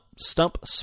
stump